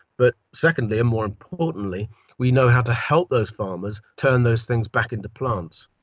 but secondly and more importantly we know how to help those farmers turn those things back into plants.